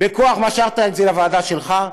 בכוח משכת את זה לוועדה שלך.